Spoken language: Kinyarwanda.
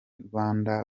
rwanda